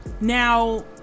now